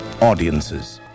audiences